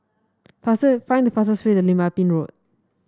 fast find the fastest way to Lim Ah Pin Road